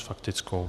S faktickou.